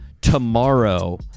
tomorrow